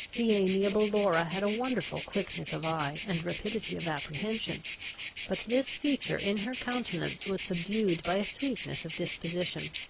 the amiable laura had a wonderful quickness of eye, and rapidity of apprehension but this feature in her countenance was subdued by a sweetness of disposition,